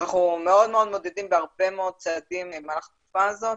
אנחנו מאוד מעודדים בהרבה מאוד צעדים במהלך התקופה הזאת,